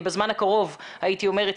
בזמן הקרוב הייתי אומרת,